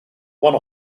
one